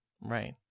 Right